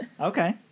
Okay